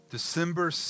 December